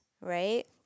right